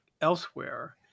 elsewhere